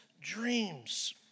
dreams